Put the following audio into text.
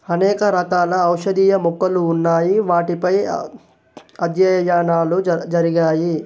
అనేక రకాల ఔషధీయ మొక్కలు ఉన్నాయి వాటిపై అధ్యయనాలు జ జరిగాయి